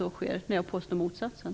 Jag påstår nämligen motsatsen.